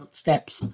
steps